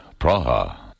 Praha